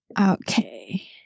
Okay